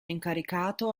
incaricato